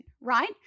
right